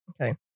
Okay